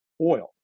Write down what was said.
oil